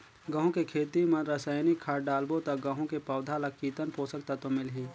गंहू के खेती मां रसायनिक खाद डालबो ता गंहू के पौधा ला कितन पोषक तत्व मिलही?